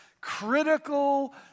critical